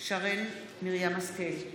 שרן מרים השכל,